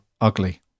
ugly